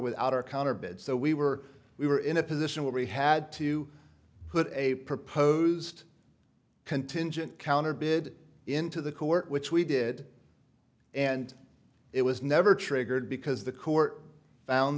without a counter bid so we were we were in a position where we had to put a proposed contingent counter bid into the court which we did and it was never triggered because the court found